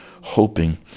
hoping